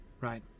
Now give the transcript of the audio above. right